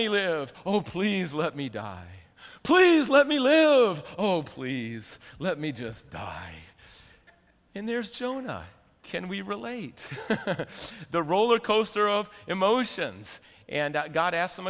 me live oh please let me die please let me live oh please let me just die in there is jonah can we relate the roller coaster of emotions and god ask